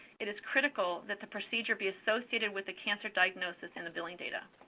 it is critical that the procedure be associated with a cancer diagnosis in the billing data.